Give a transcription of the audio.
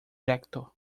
recto